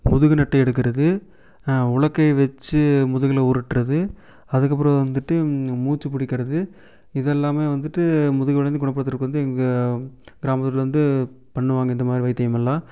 முதுகு நெட்டை எடுக்கிறது உலக்கையை வச்சு முதுகில் உருட்டுறது அதுக்கப்புறம் வந்துட்டு மூச்சு பிடிக்கறது இதெல்லாமே வந்துட்டு முதுகு வலியிலேருந்து குணப்படுத்துறதுக்கு வந்து எங்கள் கிராமத்தில் வந்து பண்ணுவாங்க இந்த மாதிரி வைத்தியம் எல்லா